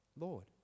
Lord